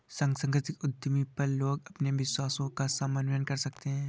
सांस्कृतिक उद्यमी पर लोग अपने विश्वासों का समन्वय कर सकते है